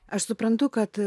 aš suprantu kad